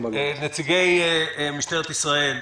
מיועמ"ש משטרת ישראל,